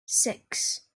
six